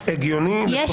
מה